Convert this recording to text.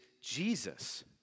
Jesus